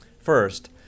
First